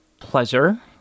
Pleasure